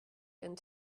and